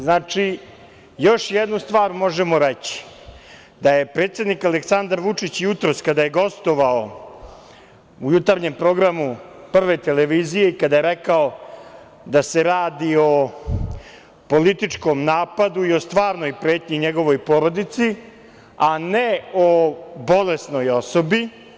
Znači, još jednu stvar možemo reći – da je predsednik Aleksandar Vučić jutros, kada je gostovao u „Jutarnjem programu“ „Prve“ televizije i kada je rekao da se radi o političkom napadu i o stvarnoj pretnji njegovoj porodici, a ne o bolesnoj osobi.